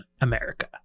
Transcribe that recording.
america